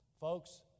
Folks